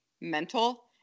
mental